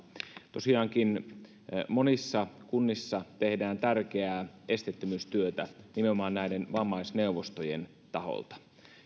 tosiaankin monissa kunnissa tehdään tärkeää esteettömyystyötä nimenomaan näiden vammaisneuvostojen taholta